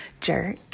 Jerk